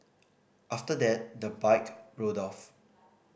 after that the bike rode off